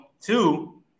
Two